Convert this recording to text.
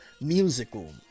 musical